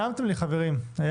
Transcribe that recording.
חברים, נעמתם לי.